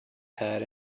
pad